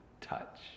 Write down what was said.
touch